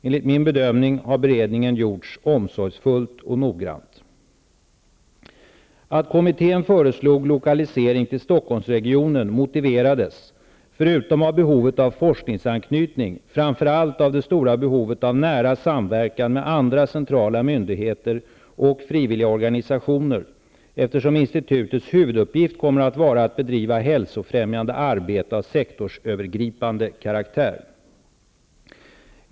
Enligt min bedömning har beredningen gjorts omsorgsfullt och noggrant. Stockolmsregionen motiverades, förutom av behovet av forskningsanknytning, framför allt av det stora behovet av nära samverkan med andra centrala myndigheter och frivilliga organisationer, eftersom institutets huvuduppgift kommer att vara att bedriva hälsofrämjande arbete av sektorsövergripande karaktär.